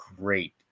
great